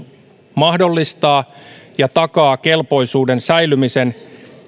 mahdollistaa ja takaa kelpoisuuden säilymisen